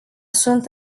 sunt